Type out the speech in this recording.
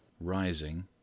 rising